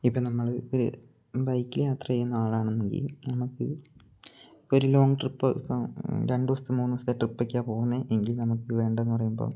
ഇപ്പം നമ്മൾ ബൈക്ക് യാത്ര ചെയ്യുന്ന ആളാണ് എന്നെങ്കിൽ നമുക്ക് ഇപ്പം ഒരു ലോങ്ങ് ട്രിപ്പ് രണ്ട് ദിവസത്തെ മൂന്ന് ദിവസത്തെ ട്രിപ്പൊക്കെയാണ് പോവുന്നത് എങ്കിൽ നമുക്ക് വേണ്ടതെന്ന് പറയുമ്പോൾ